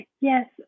Yes